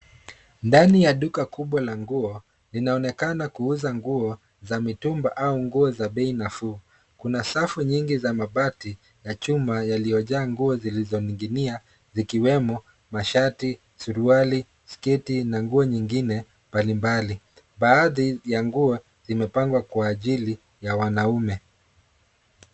Ndani ya duka kubwa la nguo, linaonekana kuuza nguo za mitumba au nguo za bei nafuu. Kuna safu nyingi za mabati ya chuma yaliojaa nguo zilizoning'inia zikiwemo, mashati, suruali, sketi na nguo nyingine mbalimbali. Baadhi ya nguo zimepangwa kwa ajili ya wanaume.